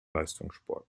leistungssport